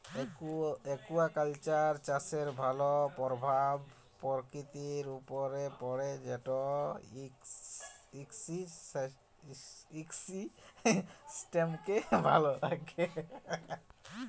aquaculture চাষের ভালো পরভাব পরকিতির উপরে পড়ে যেট ইকসিস্টেমকে ভালো রাখ্যে